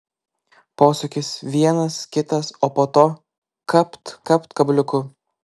posūkis vienas kitas o po to kapt kapt kabliuku